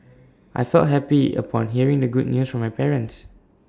I felt happy upon hearing the good news from my parents